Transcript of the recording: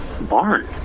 barn